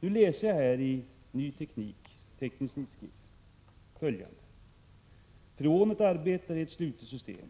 Nu läser jag i tidskriften Ny Teknik följande: ”Freonet arbetar i ett slutet system.